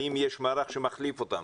האם יש מערך שמחליף אותם.